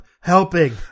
helping